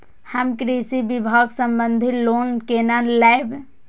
हम कृषि विभाग संबंधी लोन केना लैब?